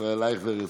ישראל אייכלר,